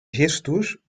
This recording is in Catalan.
gestos